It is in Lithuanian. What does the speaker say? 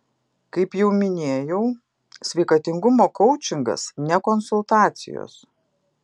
kaip jau minėjau sveikatingumo koučingas ne konsultacijos